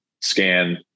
Scan